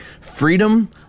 freedom